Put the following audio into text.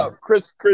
Chris